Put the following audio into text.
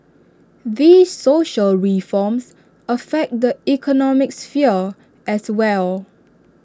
these social reforms affect the economic sphere as well